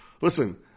Listen